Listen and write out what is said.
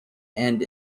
and